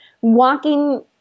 walking